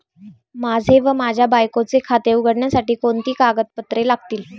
माझे व माझ्या बायकोचे खाते उघडण्यासाठी कोणती कागदपत्रे लागतील?